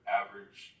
average